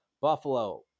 Buffalo